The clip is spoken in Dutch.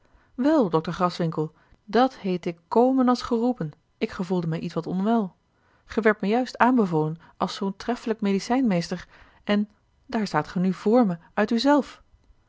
wel dokter graswinckel dat heet ik komen als geroepen ik gevoelde mij ietwat onwel ge werd me juist aanbevolen als zoo'n treffelijk medicijnmeester en daar staat ge nu vr mij uit